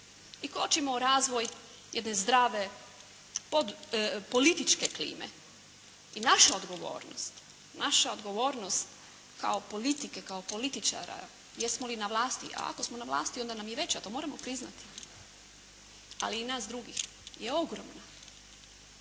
i kočimo razvoj jedne zdrave političke klime i naša odgovornost kao politike, kao političara, jesmo li na vlasti, a ako smo na vlasti onda nam je veća, to moramo priznati, ali i nas drugih je ogromno.